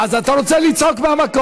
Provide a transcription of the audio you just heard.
אני אצעק, אז אתה רוצה לצעוק מהמקום.